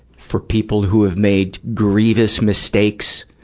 for people who have made grievous mistakes